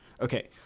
Okay